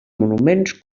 monuments